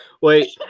Wait